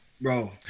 bro